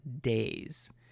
days